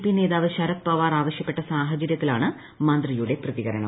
P നേതാവ് ശരദ് പവാർ ആവശ്യപ്പെട്ട സാഹചര്യത്തിലാണ് മന്ത്രിയുടെ പ്രതികരണം